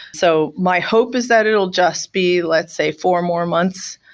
so my hope is that it will just be, let's say four more months.